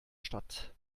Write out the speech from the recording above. stadt